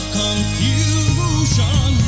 confusion